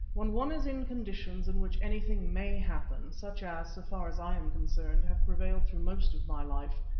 when one is in conditions in which anything may happen, such as, so far as i am concerned, have prevailed through most of my life,